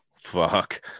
Fuck